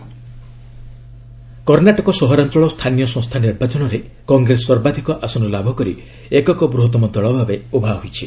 Karnataka election Karnataka ସହରାଞ୍ଚଳ ସ୍ଥାନୀୟ ସଂସ୍ଥା ନିର୍ବାଚନରେ କଂଗ୍ରେସ ସର୍ବାଧିକ ଆସନ ଲାଭ କରି ଏକକ ବୁହତମ ଦଳ ଭାବେ ଉଭା ହୋଇଛି